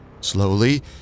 Slowly